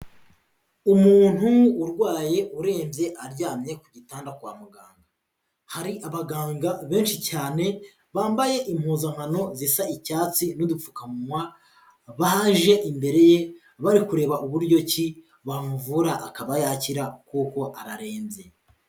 Umuntu urwaye urembye aryamye ku gitanda kwa muganga, hari abaganga benshi cyane bambaye impuzankano zisa icyatsi n'udupfukamuwa baje imbere ye, bari kureba uburyo ki bamuvura akaba yakira kuko ararembye.